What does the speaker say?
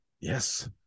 Yes